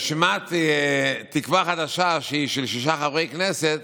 שברשימת תקווה חדשה, שהיא של שישה חברי כנסת,